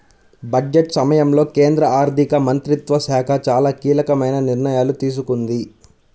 budget సమయంలో కేంద్ర ఆర్థిక మంత్రిత్వ శాఖ చాలా కీలకమైన నిర్ణయాలు తీసుకుంది